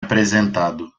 apresentado